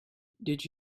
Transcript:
did